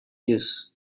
use